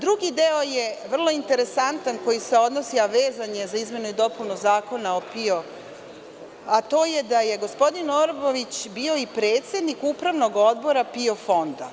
Drugi deo je vrlo interesantan, vezano je za izmenu i dopunu Zakona o PIO, a to je da je gospodin Orbović bio i predsednik Upravnog odbora PIO fonda.